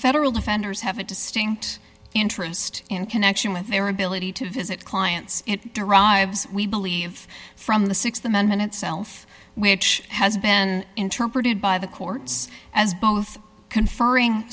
federal defenders have a distinct interest in connection with their ability to visit clients it derives we believe from the th amendment itself which has been interpreted by the courts as both conferring